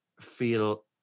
feel